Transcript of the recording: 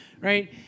right